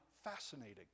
fascinating